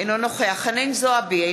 אינו נוכח חנין זועבי,